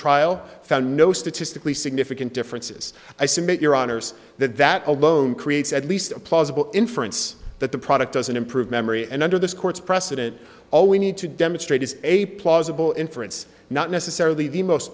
trial found no statistically significant differences i submit your honour's that that alone creates at least a plausible inference that the product doesn't improve memory and under this court's precedent all we need to demonstrate is a plausible inference not necessarily the most